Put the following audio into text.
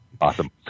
Awesome